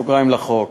לחוק.